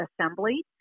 assembly